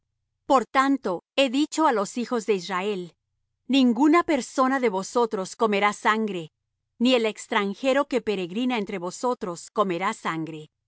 por tanto he dicho á los hijos de israel ninguna persona de vosotros comerá sangre ni el extranjero que peregrina entre vosotros comerá sangre